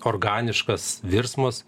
organiškas virsmas